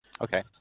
Okay